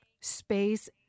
space